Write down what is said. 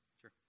Sure